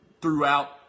throughout